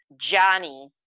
Johnny